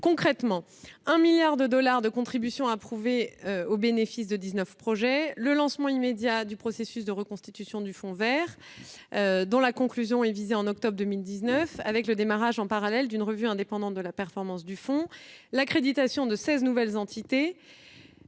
? Il y a eu 1 milliard de dollars de contributions approuvés au bénéfice de 19 projets, le lancement immédiat du processus de reconstitution du Fonds vert, dont la conclusion est espérée en octobre 2019, avec le démarrage en parallèle d'une revue indépendante de la performance du fonds, l'accréditation de 16 nouvelles entités,